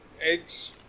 eggs